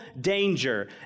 danger